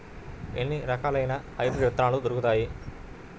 ఎన్ని రకాలయిన హైబ్రిడ్ విత్తనాలు దొరుకుతాయి?